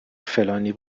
فلانی